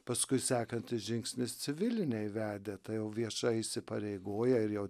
paskui sekantis žingsnis civiliniai vedę tai jau viešai įsipareigoję ir jau